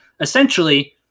essentially